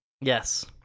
Yes